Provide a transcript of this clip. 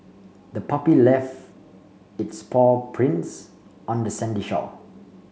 the puppy left its paw prints on the sandy shore